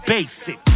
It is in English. Basic